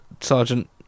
Sergeant